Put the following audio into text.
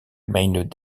mijn